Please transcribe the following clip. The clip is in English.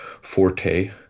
forte